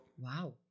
Wow